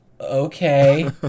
Okay